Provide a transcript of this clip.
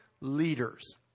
leaders